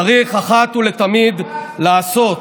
צריך אחת ולתמיד לעשות.